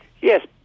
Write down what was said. Yes